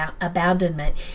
abandonment